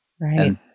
Right